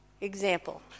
example